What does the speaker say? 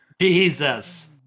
Jesus